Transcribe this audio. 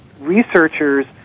researchers